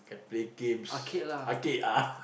they games arcade ah